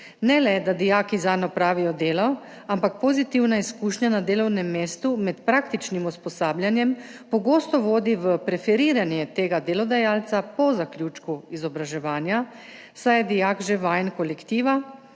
Ne le, da dijaki zanj opravijo delo, ampak pozitivna izkušnja na delovnem mestu med praktičnim usposabljanjem pogosto vodi v preferiranje tega delodajalca po zaključku izobraževanja, saj je dijak že vajen kolektiva,